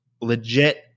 legit